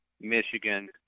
Michigan